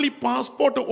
passport